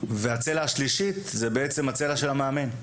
הצלע השלישית, זה בעצם הצלע של המאמן.